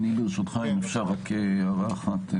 ברשותך אם אפשר רק הערה אחרת.